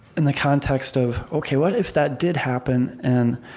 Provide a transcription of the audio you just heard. in the context of, ok what if that did happen? and